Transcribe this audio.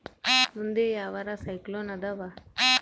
ಮುಂದೆ ಯಾವರ ಸೈಕ್ಲೋನ್ ಅದಾವ?